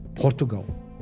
Portugal